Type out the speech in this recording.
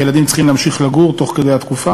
כי הילדים צריכים להמשיך לגור שם